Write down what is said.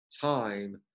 time